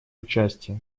участия